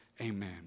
Amen